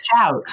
shout